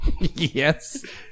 Yes